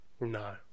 no